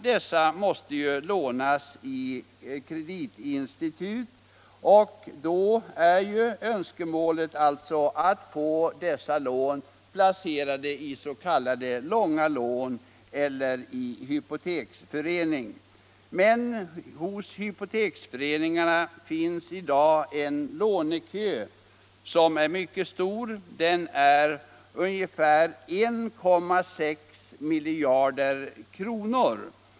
De måste lånas i kreditinstitut. Låntagarna vill då helst få krediterna placerade i s.k. långa lån eller i hypoteksförening. Men hos hypoteksföreningarna finns i dag en lånekö för ett lånebelopp på 1,6 miljarder kronor.